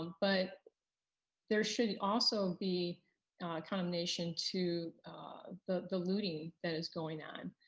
but there should also be condemnation to the the looting that is going on.